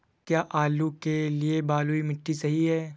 क्या आलू के लिए बलुई मिट्टी सही है?